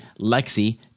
Lexi